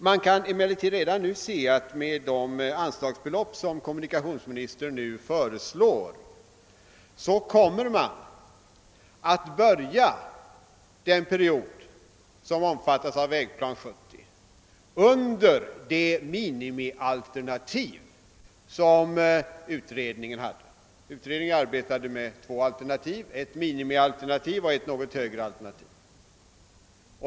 Man kan emellertid redan nu se att med de anslagsbeliopp, som kommunikationsministern föreslår, kommer man att börja den period som omfattas av Vägplan 70 under det minimialternativ som utredningen hade. Utredningen arbetade med två alternativ, ett minimialternativ och ett något högre alternativ.